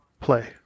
play